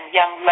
young